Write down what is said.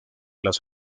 las